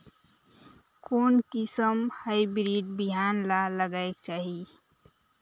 कोन किसम हाईब्रिड बिहान ला लगायेक चाही?